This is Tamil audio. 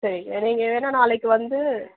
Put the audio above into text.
சரிங்க நீங்கள் வேணால் நாளைக்கு வந்து